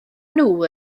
nhw